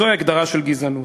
זוהי הגדרה של גזענות.